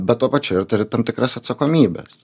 bet tuo pačiu ir turi tam tikras atsakomybes